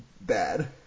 bad